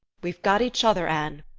we've got each other, anne.